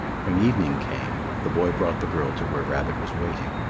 when evening came, the boy brought the girl to where rabbit was waiting.